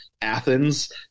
Athens